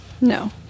No